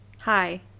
Hi